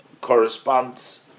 corresponds